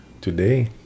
today